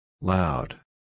Loud